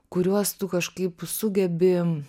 kuriuos tu kažkaip sugebi